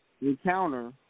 encounter